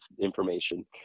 information